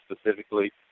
specifically